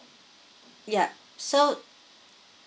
yeah so